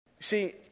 See